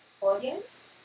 audience